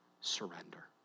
surrender